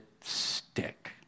stick